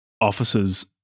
officers